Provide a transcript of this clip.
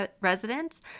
residents